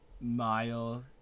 mile